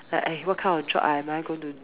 like eh what kind of job am I going to